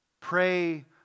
pray